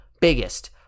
biggest